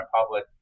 Republic